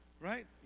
Right